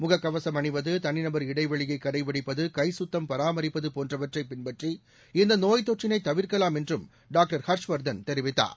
முகக்கவசம் அணிவது தனிநபர் இடைவெளியை கடைபிடிப்பது கைகத்தம் பராமரிப்பது போன்றவற்றை பின்பற்றி இந்த நோய்த் தொற்றினை தவிர்க்கலாம் என்றும் டாங்டர் ஹர்ஷ்வர்தன் தெரிவித்தார்